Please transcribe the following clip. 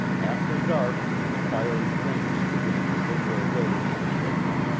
after dark, when the fiery flames began to lick their way into the kitchen,